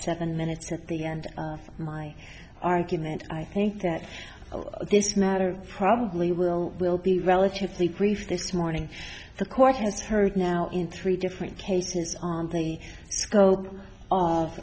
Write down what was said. seven minutes at the end of my argument i think that this matter probably will will be relatively brief this morning the court has heard now in three different cases on the